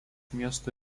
miesto